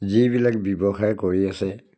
যিবিলাক ব্যৱসায় কৰি আছে